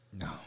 No